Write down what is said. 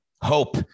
hope